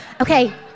okay